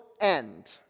end